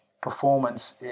performance